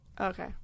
Okay